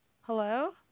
Hello